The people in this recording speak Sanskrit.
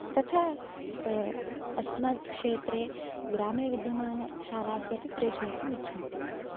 तथा अस्मत्क्षेत्रे ग्रामे विद्यमानशालासु अपि प्रेषयितुम् इच्छति